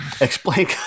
Explain